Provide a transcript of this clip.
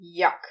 yuck